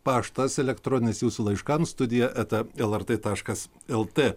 paštas elektroninis jūsų laiškams studija eta lrt taškas lt